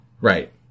Right